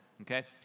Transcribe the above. okay